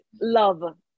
love